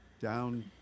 down